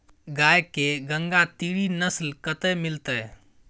गाय के गंगातीरी नस्ल कतय मिलतै?